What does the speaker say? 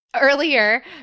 earlier